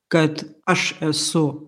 kad aš esu